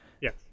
Yes